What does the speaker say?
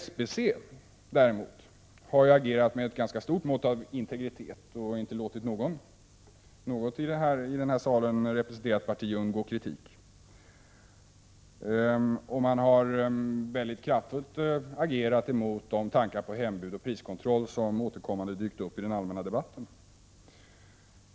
SBC däremot har agerat med ett ganska stort mått av integritet och inte låtit något i den här salen representerat parti undgå kritik. Man har kraftfullt agerat emot de tankar på hembud och priskontroll som återkommande dykt upp i den allmänna debatten.